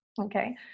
okay